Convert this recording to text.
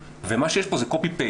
ומה שיש פה זה copy-paste,